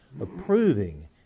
approving